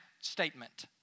statement